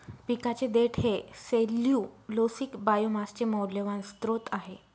पिकाचे देठ हे सेल्यूलोसिक बायोमासचे मौल्यवान स्त्रोत आहे